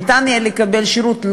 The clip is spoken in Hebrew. ניתן יהיה לקבל שירות,